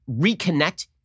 reconnect